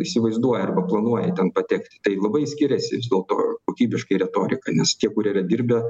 įsivaizduoja arba planuoja ten patekti tai labai skiriasi vis dėlto kokybiškai retorika nes tie kurie yra dirbę